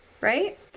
right